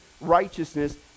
righteousness